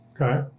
Okay